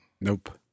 Nope